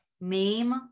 Name